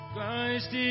Christ